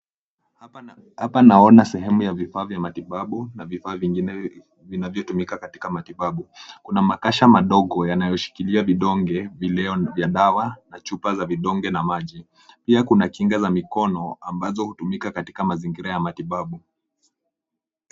Hapa naona sehemu ya vifaa vya matibabu, na vifaa vingine vinavyotumika katika matibabu. Kuna makasha madogo yanayoshikilia vidonge vileo vya dawa, na chupa za vidonge na maji. Pia kuna kinga za mikono ambazo hutumika katika matibabu.